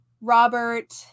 Robert